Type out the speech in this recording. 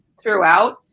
throughout